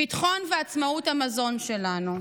ביטחון ועצמאות המזון שלנו,